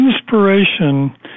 inspiration